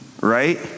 right